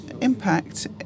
impact